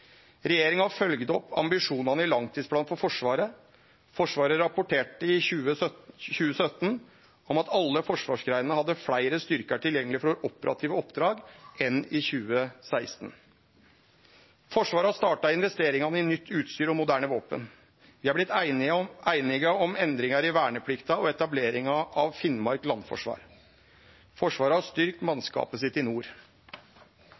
Regjeringa har følgt opp ambisjonane i langtidsplanen for Forsvaret. Forsvaret rapporterte i 2017 om at alle forsvarsgreinene hadde fleire styrkar tilgjengeleg for operative oppdrag enn i 2016. Forsvaret har starta investeringane i nytt utstyr og moderne våpen. Vi har vorte einige om endringar i verneplikta og etableringa av Finnmark landforsvar. Forsvaret har styrkt mannskapet sitt i nord.